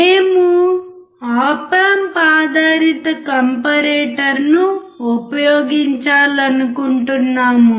మేము op amp ఆధారిత కాంపారేటర్ను ఉపయోగించాలనుకుంటున్నాము